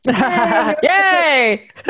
Yay